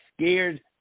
scared